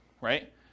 right